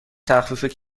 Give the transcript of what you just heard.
تخفیف